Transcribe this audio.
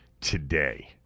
today